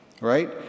Right